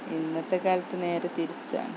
ഇന്നത്തെ കാലത്ത് നേരെ തിരിച്ചാണ്